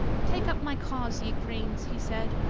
take up my cause, ye cranes, he said,